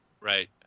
Right